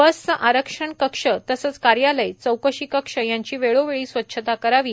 बसचे आरक्षण कक्षकार्यालय चौकशी कक्ष यांची वेळोवेळी स्वच्छता करावी